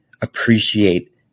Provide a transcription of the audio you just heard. appreciate